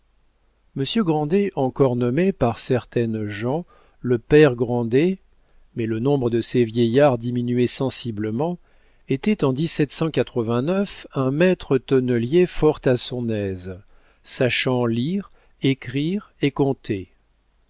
monsieur grandet encore nommé par certaines gens le père grandet mais le nombre de ces vieillards diminuait sensiblement était en un maître tonnelier fort à son aise sachant lire écrire et compter